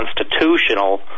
constitutional